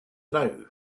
now